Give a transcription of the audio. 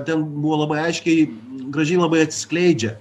ten buvo labai aiškiai gražiai labai atsiskleidžia